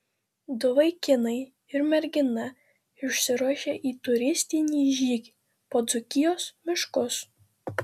du vaikinai ir mergina išsiruošia į turistinį žygį po dzūkijos miškus